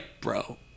bro